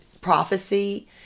prophecy